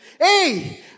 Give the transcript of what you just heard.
Hey